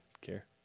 care